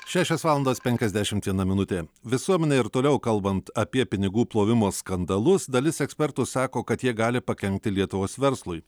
šešios valandos penkiasdešimt minutė visuomenei ir toliau kalbant apie pinigų plovimo skandalus dalis ekspertų sako kad jie gali pakenkti lietuvos verslui